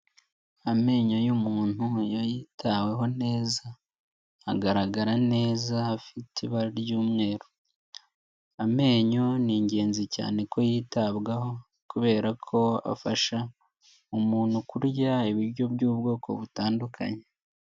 Amenyo y'umuntu iyo yitaweho neza, agaragara neza afite ibara ry'umweru. Amenyo ni ingenzi cyane ko yitabwaho kubera ko afasha umuntu kurya ibiryo by'ubwoko butandukanye.